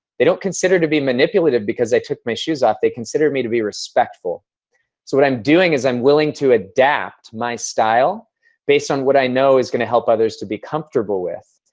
they don't consider to be manipulative because i took my shoes off. they consider me to be respectful. so what i'm doing is i'm willing to adapt my style based on what i know is going to help others to be comfortable with.